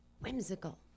whimsical